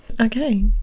okay